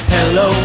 Hello